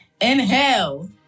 Inhale